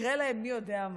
יקרה להם מי יודע מה.